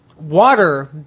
water